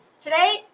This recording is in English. Today